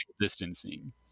distancing